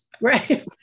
Right